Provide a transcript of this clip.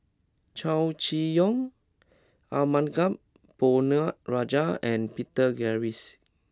Chow Chee Yong Arumugam Ponnu Rajah and Peter Gilchrist